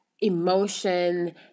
emotion